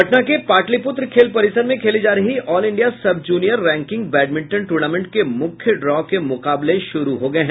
पटना के पाटलिपुत्र खेल परिसर में खेली जा रही all India sub junior ranking badminton tournament के मुख्य ड्रॉ के मुकाबले शुरू हो गये हैं